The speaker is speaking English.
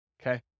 okay